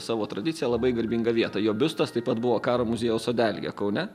savo tradiciją labai garbingą vietą jo biustas taip pat buvo karo muziejaus sodelyje kaune